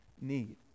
need